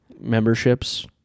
memberships